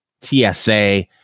TSA